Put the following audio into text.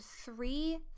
three